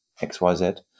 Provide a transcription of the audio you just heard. XYZ